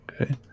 Okay